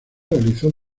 realizó